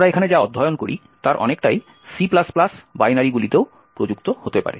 আমরা এখানে যা অধ্যয়ন করি তার অনেকটাই C বাইনারিগুলিতেও প্রযুক্ত হতে পারে